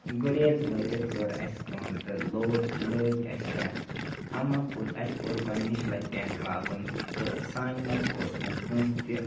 گُریز وٲتِتھ کٔر اَسہِ کٲم تہٕ لوگ لٲگۍ اَسہِ ٹٮ۪نٛٹ اَماپوٚز اَسہِ اوس گۄڈنِچ لَٹہِ ٹٮ۪نٛٹ لاگُن تہٕ سانہِ منٛز اوس نہٕ کٲنٛسہِ تہِ